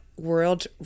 world